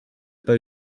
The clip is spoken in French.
pas